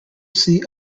see